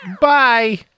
Bye